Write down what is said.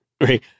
Right